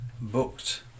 booked